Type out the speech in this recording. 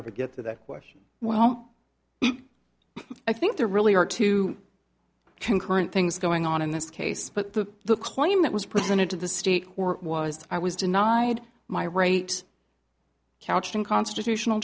ever get to that question well i think there really are two concurrent things going on in this case but the the claim that was presented to the state or was i was denied my right couched in constitutional